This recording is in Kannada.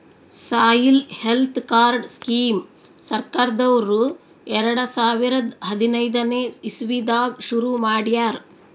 ಸಾಯಿಲ್ ಹೆಲ್ತ್ ಕಾರ್ಡ್ ಸ್ಕೀಮ್ ಸರ್ಕಾರ್ದವ್ರು ಎರಡ ಸಾವಿರದ್ ಹದನೈದನೆ ಇಸವಿದಾಗ ಶುರು ಮಾಡ್ಯಾರ್